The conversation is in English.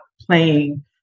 playing